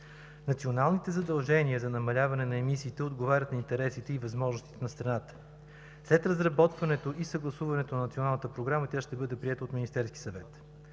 Националните задължения за намаляване на емисиите отговарят на интересите и възможностите на страната. След разработването и съгласуването на Националната програма, тя ще бъде приета от Министерския съвет.